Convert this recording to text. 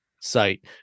site